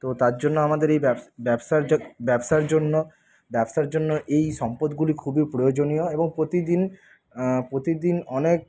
তো তার জন্য আমাদের এই ব্যবসার ব্যবসার জন্য ব্যবসার জন্য এই সম্পদগুলি খুবই প্রয়োজনীয় এবং প্রতিদিন প্রতিদিন অনেক